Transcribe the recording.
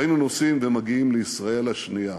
והיינו נוסעים ומגיעים לישראל השנייה.